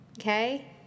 Okay